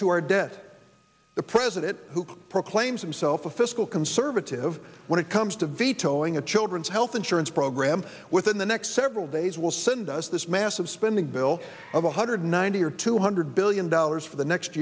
to our debt the president who proclaims himself a fiscal conservative when it comes to vetoing a children's health insurance program within the next several days will send us this massive spending bill of one hundred ninety or two hundred billion dollars for the next